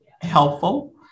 helpful